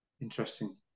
Interesting